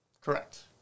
Correct